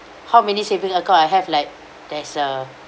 how many savings account I have like there's uh